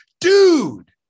dude